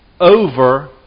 over